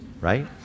right